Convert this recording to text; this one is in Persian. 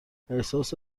احساس